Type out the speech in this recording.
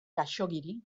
khaxoggiri